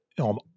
on